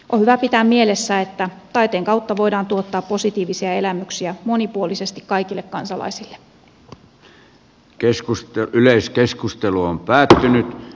on hyvä pitää mielessä että taiteen kautta voidaan tuottaa positiivisia elämyksiä monipuolisesti kaikille kansalaisille